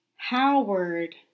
Howard